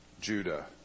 Judah